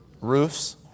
Roofs